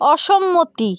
অসম্মতি